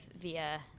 via